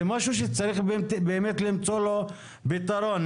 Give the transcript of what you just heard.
זה משהו שצריך באמת למצוא לו פתרון.